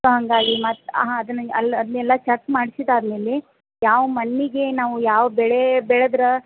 ಹಂಗಾಗಿ ಮತ್ತು ಹಾಂ ಅದ್ನ ಅಲ್ಲಿ ಅದನ್ನೆಲ್ಲ ಚಕ್ ಮಾಡ್ಸಿದ್ದು ಆದ ಮೇಲೆ ಯಾವ ಮಣ್ಣಿಗೆ ನಾವು ಯಾವ ಬೆಳೆ ಬೆಳೆದ್ರೆ